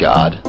God